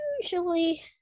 usually